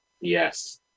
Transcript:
Yes